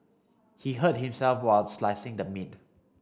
he hurt himself while slicing the meat